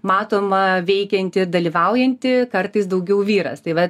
matoma veikianti dalyvaujanti kartais daugiau vyras tai va